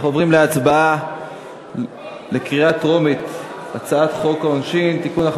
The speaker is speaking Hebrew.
אנחנו עוברים להצבעה בקריאה טרומית על הצעת חוק העונשין (תיקון,